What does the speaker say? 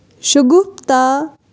شگفتہ